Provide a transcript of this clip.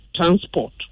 transport